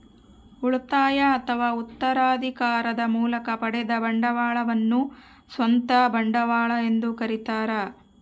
ಉಳಿತಾಯ ಅಥವಾ ಉತ್ತರಾಧಿಕಾರದ ಮೂಲಕ ಪಡೆದ ಬಂಡವಾಳವನ್ನು ಸ್ವಂತ ಬಂಡವಾಳ ಎಂದು ಕರೀತಾರ